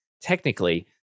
technically